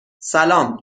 سلام